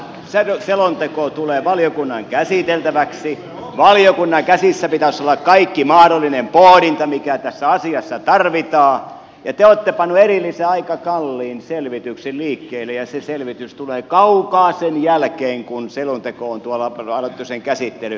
kun selonteko tulee valiokunnan käsiteltäväksi valiokunnan käsissä pitäisi olla kaikki mahdollinen pohdinta mikä tässä asiassa tarvitaan ja te olette pannut erillisen aika kalliin selvityksen liikkeelle ja se selvitys tulee kauan sen jälkeen kun selonteon käsittely on aloitettu